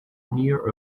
near